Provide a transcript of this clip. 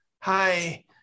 Hi